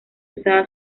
usada